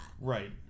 Right